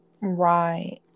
right